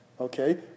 okay